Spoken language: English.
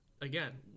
again